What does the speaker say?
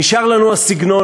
נשאר לנו הסגנון.